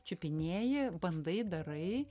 čiupinėji bandai darai